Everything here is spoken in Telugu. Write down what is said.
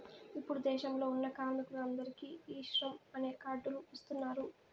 ఇప్పుడు దేశంలో ఉన్న కార్మికులందరికీ ఈ శ్రమ్ అనే కార్డ్ లు ఇస్తున్నారు